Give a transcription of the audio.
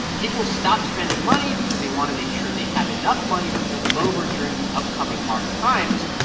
people stop spending money because they want to make sure they have enough money to hold them over during the upcoming hard times.